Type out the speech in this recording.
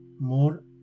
more